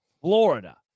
Florida